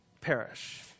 perish